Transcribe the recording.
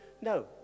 no